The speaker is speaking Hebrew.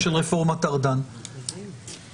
התשפ"ב 2022,